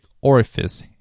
orifice